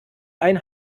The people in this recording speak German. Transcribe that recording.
ein